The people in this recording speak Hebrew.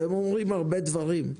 והם אומרים הרבה דברים.